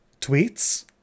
Tweets